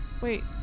wait